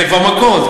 זה כבר מכות,